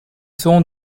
seront